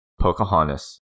Pocahontas